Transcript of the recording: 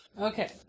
Okay